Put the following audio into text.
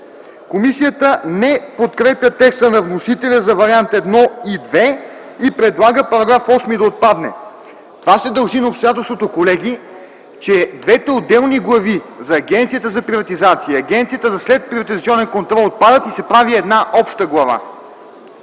Комисията не подкрепя текста на вносителя за Вариант І и ІІ и предлага § 8 да отпадне. Колеги, това се дължи на обстоятелството, че двете отделни глави – за Агенцията за приватизация и Агенцията за следприватизационен контрол, отпадат и се прави една нова обща глава.